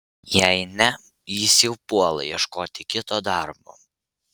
jei ne jis jau puola ieškoti kito darbo